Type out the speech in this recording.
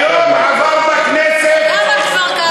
אתה עכשיו, היום עבר בכנסת, כמה כבר, ?